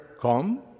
come